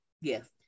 Yes